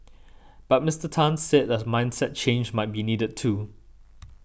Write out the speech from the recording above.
but Mister Tan said that mindset change might be needed too